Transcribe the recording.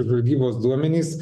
žvalgybos duomenys